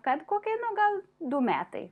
kad kokia nu gal du metai